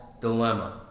dilemma